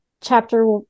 chapter